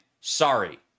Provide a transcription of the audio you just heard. Sorry